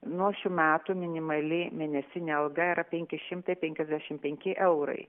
nuo šių metų minimali mėnesinė alga yra penki šimtai penkiasdešim penki eurai